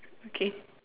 okay